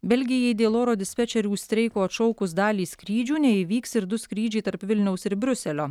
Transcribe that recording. belgijai dėl oro dispečerių streiko atšaukus dalį skrydžių neįvyks ir du skrydžiai tarp vilniaus ir briuselio